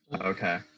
Okay